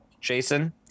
Jason